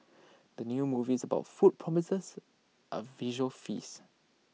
the new movies about food promises A visual feast